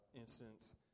instance